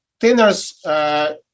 thinners